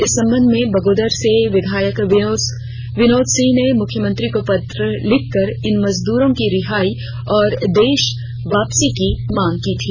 इस संबंध में बगोदर से विधायक विनोद सिंह ने मुख्यमंत्री को पत्र लिखकर इन मजदूरों की रिहाई और देश वापसी की मांग की थी